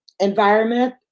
environment